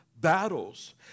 battles